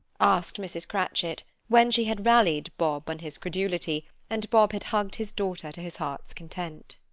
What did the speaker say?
asked mrs. cratchit, when she had rallied bob on his credulity, and bob had hugged his daughter to his heart's content.